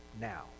now